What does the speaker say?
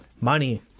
Money